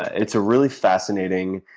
it's a really fascinating